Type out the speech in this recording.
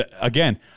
again